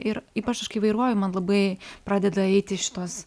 ir ypač aš kai vairuoju man labai pradeda eiti šitos